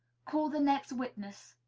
call the next witness.